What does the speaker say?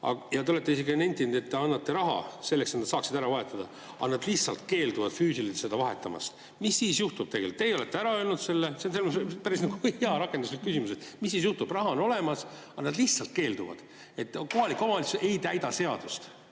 Te olete isegi nentinud, et te annate raha selleks, et nad saaksid nimed ära vahetada, aga nad lihtsalt keelduvad füüsiliselt [silte] vahetamast. Mis siis juhtub tegelikult? Teie olete ära öelnud selle. See on päris hea rakenduslik küsimus, et mis siis juhtub. Raha on olemas, aga nad lihtsalt keelduvad, kohalik omavalitsus ei täida seadust.